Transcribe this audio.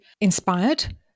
inspired